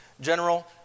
general